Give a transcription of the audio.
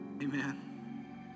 amen